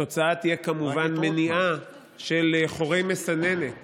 התוצאה תהיה כמובן מניעה של חורי מסננת